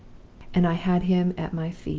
and i had him at my feet,